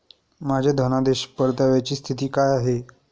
माझ्या धनादेश परताव्याची स्थिती काय आहे?